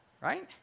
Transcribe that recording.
right